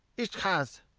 ich hash.